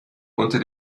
unter